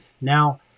Now